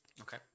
Okay